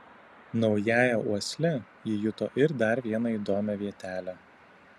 naująja uosle ji juto ir dar vieną įdomią vietelę